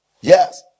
Yes